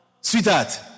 Sweetheart